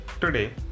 Today